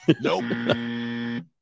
Nope